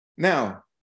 Now